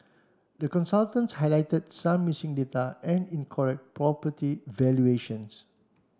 the consultants highlighted some missing data and incorrect property valuations